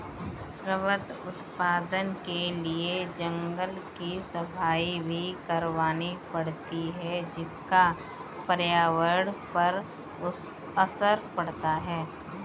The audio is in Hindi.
रबर उत्पादन के लिए जंगल की सफाई भी करवानी पड़ती है जिसका पर्यावरण पर असर पड़ता है